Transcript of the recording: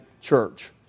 church